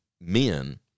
men